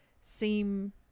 seem